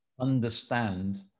understand